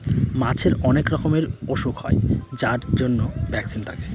মাছের অনেক রকমের ওসুখ হয় যার জন্য ভ্যাকসিন থাকে